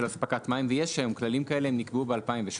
אספקת מים - ויש היום כללים כאלה הם נקבעו ב-2017,